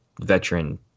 veteran